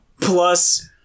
plus